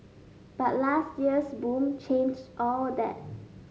but last year's boom changed all that